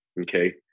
Okay